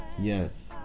Yes